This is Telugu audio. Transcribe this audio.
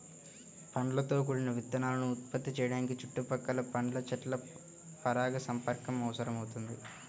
పండ్లతో కూడిన విత్తనాలను ఉత్పత్తి చేయడానికి చుట్టుపక్కల పండ్ల చెట్ల పరాగసంపర్కం అవసరమవుతుంది